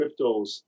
cryptos